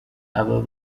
aba